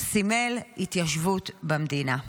סימל התיישבות במדינה.